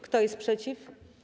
Kto jest przeciw?